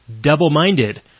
double-minded